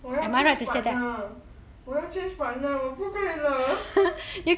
我要 change partner 我要 change partner 我不可以了 ha ha